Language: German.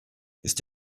ist